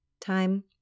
Time